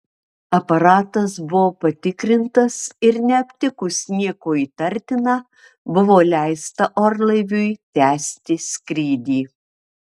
aparatas buvo patikrintas ir neaptikus nieko įtartina buvo leista orlaiviui tęsti skrydį